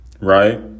Right